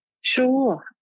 Sure